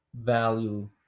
value